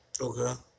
Okay